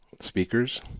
speakers